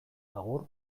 agur